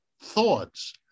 thoughts